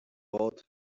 both